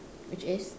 which is